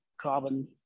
carbon